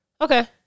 Okay